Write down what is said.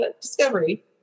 Discovery